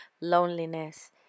loneliness